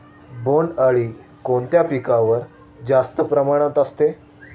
बोंडअळी कोणत्या पिकावर जास्त प्रमाणात असते?